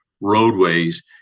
roadways